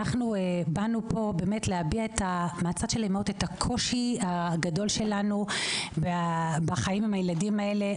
באנו לפה כאימהות כדי להביע את הקושי הגדול שלנו בחיים עם הילדים האלה.